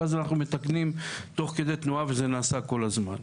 ואז אנחנו מתקנים תוך כדי תנועה וזה נעשה כול הזמן.